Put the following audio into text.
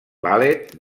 ballet